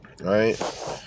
Right